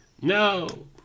No